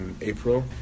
April